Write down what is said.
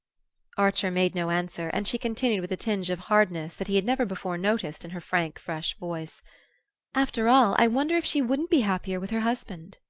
archer made no answer, and she continued, with a tinge of hardness that he had never before noticed in her frank fresh voice after all, i wonder if she wouldn't be happier with her husband.